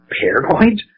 paranoid